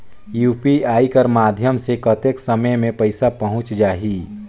UPI कर माध्यम से कतेक समय मे पइसा पहुंच जाहि?